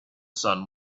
sun